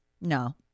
No